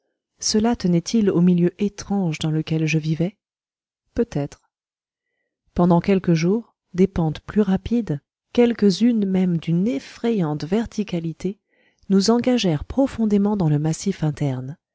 cela tenait-il au milieu étrange dans lequel je vivais peut-être pendant quelques jours des pentes plus rapides quelques-unes même d'une effrayante verticalité nous engagèrent profondément dans le massif interne